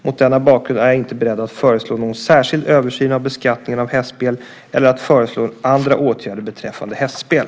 Mot denna bakgrund är jag inte beredd att föreslå någon särskild översyn av beskattningen av hästspel eller att föreslå andra åtgärder beträffande hästspel.